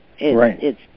Right